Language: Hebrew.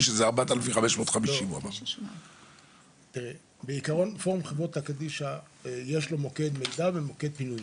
שזה 4,550. לפורום חברות קדישא יש מוקד מידע ופינוי,